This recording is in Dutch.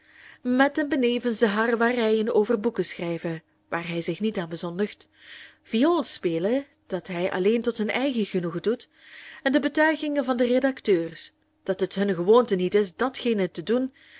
met en benevens de harrewarrerijen over boeken schrijven waar hij zich niet aan bezondigt vioolspelen dat hij alleen tot zijn eigen genoegen doet en de betuigingen van de redacteurs dat het hunne gewoonte niet is datgene te doen